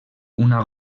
una